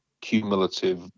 cumulative